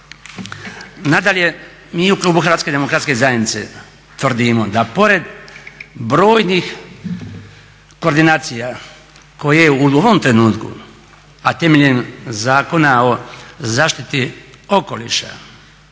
Nadalje, mi u klubu HDZ-a tvrdimo da pored brojnih koordinacija koje u ovom trenutku, a temeljem Zakona o zaštiti okoliša,